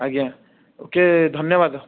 ଆଜ୍ଞା okay ଧନ୍ୟବାଦ